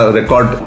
record